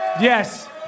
Yes